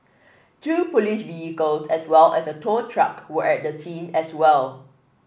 two police vehicles as well as a tow truck were at the scene as well